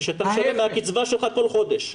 ושאתה משלם לו מהקצבה שלך בכל חודש.